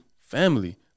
family